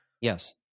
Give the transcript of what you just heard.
Yes